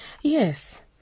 Yes